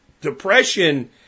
Depression